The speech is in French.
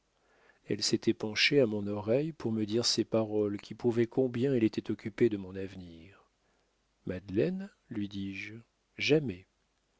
elle s'était penchée à mon oreille pour me dire ces paroles qui prouvaient combien elle était occupée de mon avenir madeleine lui dis-je jamais